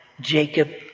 Jacob